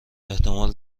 احتمال